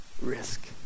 Risk